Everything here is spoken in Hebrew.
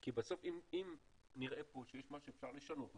כי בסוף אם נראה פה שיש מה שאפשר לשנות אותו,